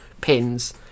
pins